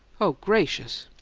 oh, gracious!